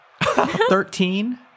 Thirteen